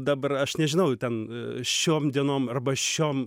dabar aš nežinau ten šiom dienom arba šiom